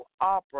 opera